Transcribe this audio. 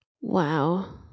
Wow